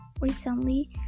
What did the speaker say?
recently